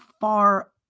far